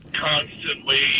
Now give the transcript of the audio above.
constantly